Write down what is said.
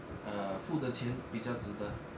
err 付的钱比较值得